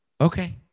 Okay